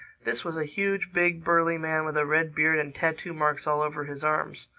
this was a huge, big, burly man with a red beard and tattoo-marks all over his arms.